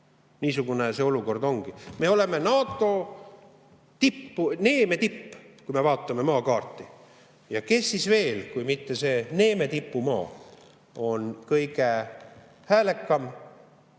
Niisugune see olukord ongi. Me oleme NATO neeme tipp, kui me vaatame maakaarti, ja kes siis veel kui mitte see neemetipumaa on kõige häälekam